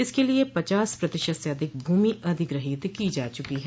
इसके लिये पचास प्रतिशत से अधिक भूमि अधिग्रहोत की जा चुकी है